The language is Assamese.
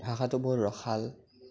ভাষাটো বৰ ৰসাল